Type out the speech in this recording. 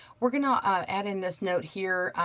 we're gonna ah add in this note here,